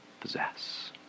possess